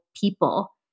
people